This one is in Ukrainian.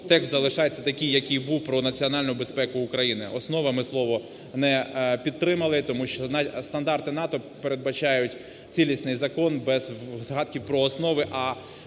текст залишається такий, який і був "Про національну безпеку України". "Основи" ми слово не підтримали, тому що стандарти НАТО передбачають цілісний закон, без згадки про основи.